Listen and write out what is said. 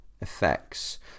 effects